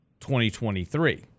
2023